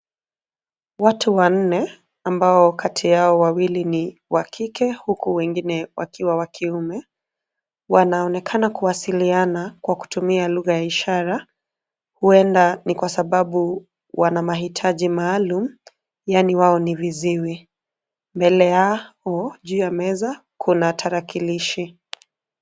Watu wanne ambao kati yao wawili ni wa kike huku wengine wakiwa wa kiume. Wanaonekana kuwasiliana kwa kutumia lugha ya ishara; huenda ni kwa sababu wana mahitaji maalum yaani wao ni viziwi. Mbele yao juu ya meza kuna tarakilishi.